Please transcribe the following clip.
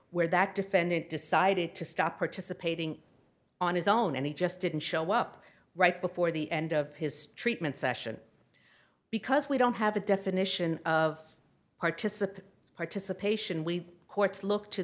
where that defendant decided to stop participating on his own and he just didn't show up right before the end of his treatment session because we don't have a definition of participant participation we courts look to